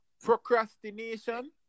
Procrastination